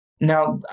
Now